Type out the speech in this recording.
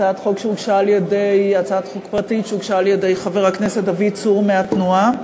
הצעת חוק פרטית שהוגשה על-ידי חבר הכנסת דוד צור מהתנועה.